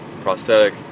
prosthetic